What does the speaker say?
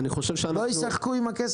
לא ישחקו עם הכסף.